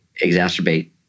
exacerbate